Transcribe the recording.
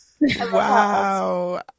Wow